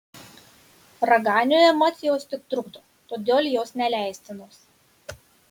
raganiui emocijos tik trukdo todėl jos neleistinos